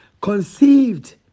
conceived